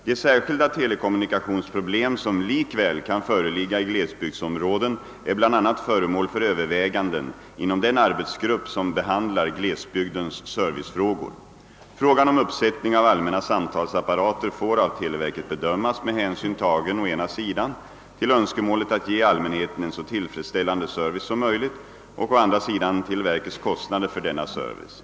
De särskilda telekommunikationsproblem som likväl kan föreligga i glesbygdsområden är bl a. föremål för överväganden inom den arbetsgrupp, som behandlar glesbygdens servicefrågor. Frågan om uppsättning av allmänna samtalsapparater får av televerket bedömas med hänsyn tagen å ena sidan till önskemålet att ge allmänheten en så tillfredsställande service som möjligt och å andra sidan till verkets kostnader för denna service.